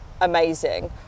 amazing